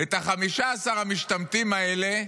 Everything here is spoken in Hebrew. את 15 המשתמטים האלה,